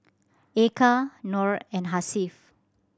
Eka Nor and Hasif